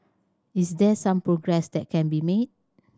is there some progress that can be made